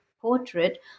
portrait